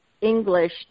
English